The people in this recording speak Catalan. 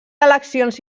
eleccions